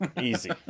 Easy